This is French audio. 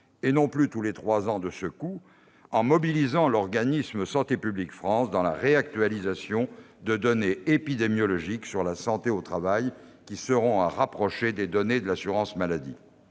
et non plus tous les trois ans, de ce coût, en mobilisant l'organisme Santé publique France dans la réactualisation de données épidémiologiques sur la santé au travail, qui seront à rapprocher des données de l'assurance maladie.